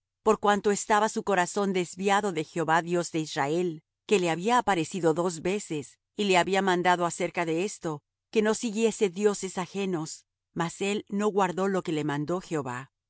por cuanto estaba su corazón desviado de jehová dios de israel que le había aparecido dos veces y le había mandado acerca de esto que no siguiese dioses ajenos mas él no guardó lo que le mandó jehová